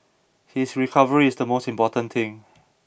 his recovery is the most important thing